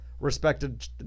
respected